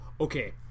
okay